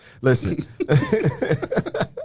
Listen